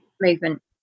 movement